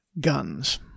guns